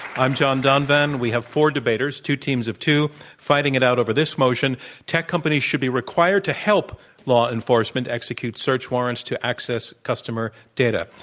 i'm john donovan. we have four debaters, two teams of two fighting it out over this motion tech companies should be required to help law enforcement execute search warrants to access customer data.